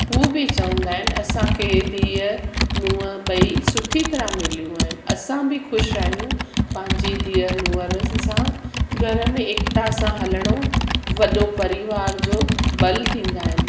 उहा बि चवंदा आहिनि असांखे धीउ नुंहुं ॿई सुठी तरह मिलियूं आहिनि असां बि ख़ुशि आहियूं पंहिंजी धीअर नुंहरनि सां घर में एकिता सां हलिणो वॾो परिवार जो ॿलु थींदा आहिनि